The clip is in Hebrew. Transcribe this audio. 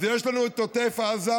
אז יש לנו את עוטף עזה,